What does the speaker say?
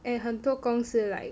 and 很多公司 like